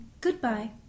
Goodbye